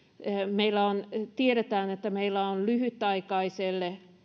meillä tiedetään että meillä on lyhytaikaiselle